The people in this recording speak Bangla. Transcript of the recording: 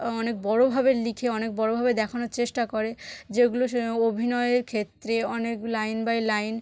অনেক বড়োভাবে লিখে অনেক বড়োভাবে দেখানোর চেষ্টা করে যেগুলো সে অভিনয়ের ক্ষেত্রে অনেক লাইন বাই লাইন